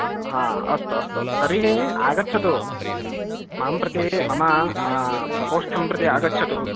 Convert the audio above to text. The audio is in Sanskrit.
हा अस्तु अस्तु तर्हि आगच्छतु मां प्रति मम प्रकोष्ठं प्रति आगच्छतु